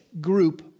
group